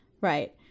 Right